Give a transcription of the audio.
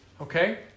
okay